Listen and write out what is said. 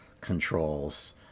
controls